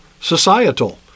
societal